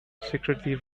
secretly